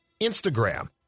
instagram